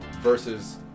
versus